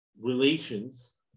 relations